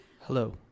Hello